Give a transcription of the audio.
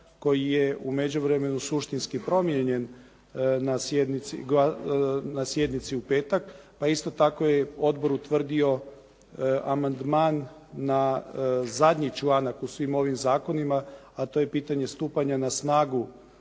koji je u međuvremenu šustinski promijenjen na sjednicu u petak, a isto tako je Odbor utvrdio amandman na zadnji članak u svim ovim zakonima a to je pitanje stupanja na snagu